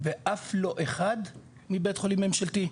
ואף לא אחד מבית חולים ממשלתי.